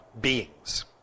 beings